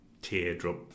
teardrop